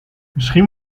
misschien